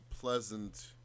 pleasant